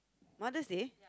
mother's day